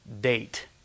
date